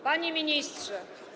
Panie Ministrze!